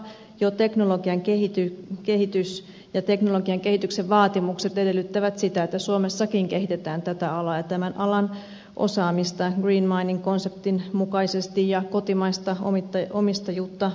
jo teknologian kehitys ja teknologian kehityksen vaatimukset edellyttävät sitä että suomessakin kehitetään tätä alaa ja tämän osaamista green mining konseptin mukaisesti ja kotimaista omistajuutta painottaen